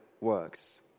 works